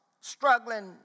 struggling